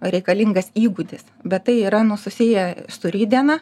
reikalingas įgūdis bet tai yra nu susiję su rytdiena